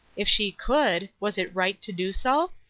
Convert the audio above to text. if she could, was it right to do so?